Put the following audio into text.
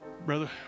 Brother